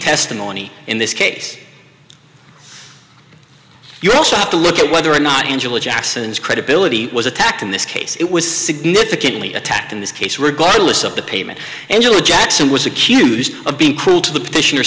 testimony in this case you also have to look at whether or not angela jackson's credibility was attacked in this case it was significantly attacked in this case regardless of the payment angela jackson was accused of being cruel to the petition